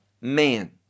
man